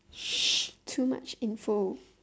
too much info